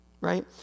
right